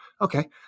Okay